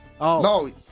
No